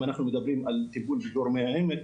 אם אנחנו מדברים על תיקון גורמי העומק,